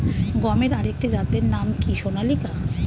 গমের আরেকটি জাতের নাম কি সোনালিকা?